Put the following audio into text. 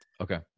okay